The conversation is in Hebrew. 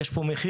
יש פה מחיר.